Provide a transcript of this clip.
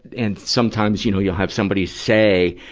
and sometimes you know you'll have somebody say,